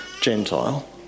Gentile